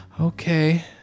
okay